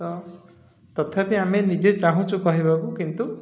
ତ ତଥାପି ଆମେ ନିଜେ ଚାହୁଁଛୁ କହିବାକୁ କିନ୍ତୁ